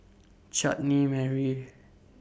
Chutney Mary